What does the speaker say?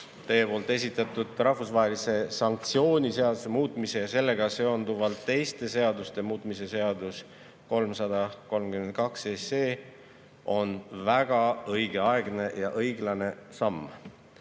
Teie poolt esitatud rahvusvahelise sanktsiooni seaduse muutmise ja sellega seonduvalt teiste seaduste muutmise seaduse [eelnõu] 332 on väga õigeaegne ja õiglane samm.